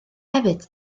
hefyd